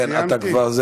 כן, כבר.